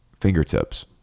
fingertips